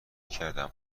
کردم